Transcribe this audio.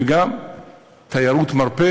וגם תיירות מרפא